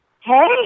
hey